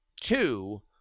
two